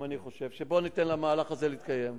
גם אני חושב, בוא ניתן למהלך הזה להתקיים.